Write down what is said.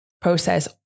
Process